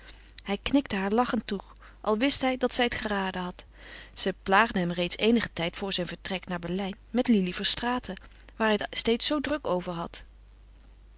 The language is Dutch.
hij knikte haar lachend toe als wist hij dat zij het geraden had zij plaagde hem reeds eenigen tijd voor zijn vertrek naar berlijn met lili verstraeten waar hij het steeds zoo druk over had